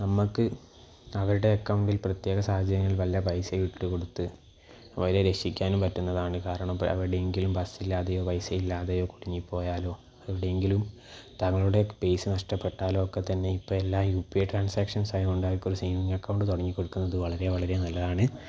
നമുക്ക് അവരുടെ അക്കൗണ്ടിൽ പ്രത്യേക സാഹചര്യങ്ങളിൽ വല്ല പൈസയും ഇട്ട് കൊടുത്ത് അവരെ രക്ഷിക്കാനും പറ്റുന്നതാണ് കാരണം എവിടെയെങ്കിലും ബസില്ലാതെയോ പൈസയില്ലാതെയോ കുടുങ്ങി പോയാലോ എവിടെയെങ്കിലും തങ്ങളുടെ പൈസ നഷ്ടപ്പെട്ടാലൊക്കെത്തന്നെ ഇപ്പം എല്ലാം യു പി ഐ ട്രാന്സാക്ഷൻസായത് കൊണ്ട് അവർക്ക് ഒരു സേവിങ്ങ് അക്കൗണ്ട് തുടങ്ങി കൊടുക്കുന്നത് വളരെ വളരെ നല്ലതാണ്